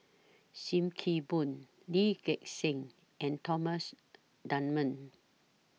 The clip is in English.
SIM Kee Boon Lee Gek Seng and Thomas Dunman